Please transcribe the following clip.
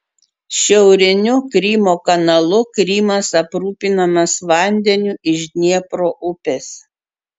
šiauriniu krymo kanalu krymas aprūpinamas vandeniu iš dniepro upės